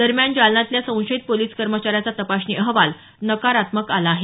दरम्यान जालन्यातल्या संशयित पोलीस कर्मचाऱ्याचा तपासणी अहवाल नकारात्मक आला आहे